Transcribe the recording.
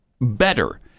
better